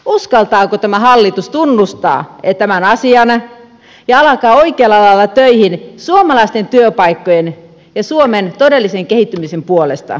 uskaltaako tämä hallitus tunnustaa tämän asian ja alkaa oikealla lailla töihin suomalaisten työpaikkojen ja suomen todellisen kehittymisen puolesta